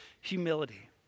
humility